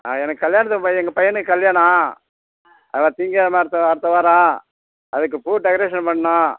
ஆ எனக்கு கல்யாணத்துக்கு ப எங்கள் பையனுக்கு கல்யாணம் அதான் திங்கக்கிழம அடுத்த அடுத்த வாரம் அதுக்கு பூ டெக்கரேஷன் பண்ணும்